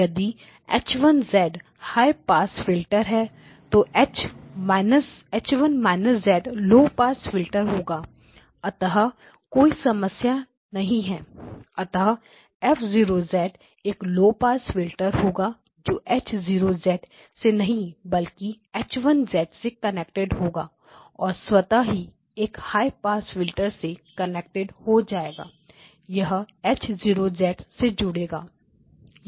यदि H 1 high pass filter है तो H 1 लो पास फिल्टर होगा अतः कोई समस्या नहीं है अतः F0 एक लो पास फिल्टर होगा जो H 0 से नहीं बल्कि H 1 से कनेक्टेड होगा और स्वता ही एक हाई पास फिल्टर से कनेक्ट हो जाएगा यह H 0 से जुड़ेगा